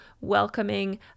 welcoming